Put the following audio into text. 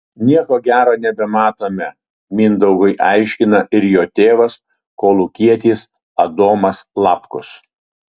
nieko gero nebematome mindaugui aiškina ir jo tėvas kolūkietis adomas lapkus